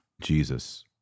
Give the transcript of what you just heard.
Jesus